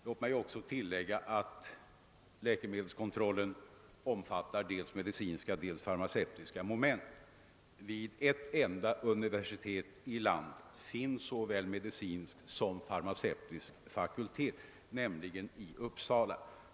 Låt mig också tillägga att läkemedelskontrollen omfattar dels medicinska, dels farmaceutiska moment. Det är bara vid ett enda universitet i vårt land som det finns såväl medicinsk som farmaceutisk fakultet, nämligen vid universitetet i Uppsala.